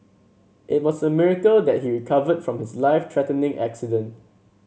it was a miracle that he recovered from his life threatening accident